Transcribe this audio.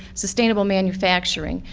sustainable manufacturing.